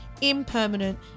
impermanent